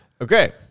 Okay